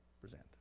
present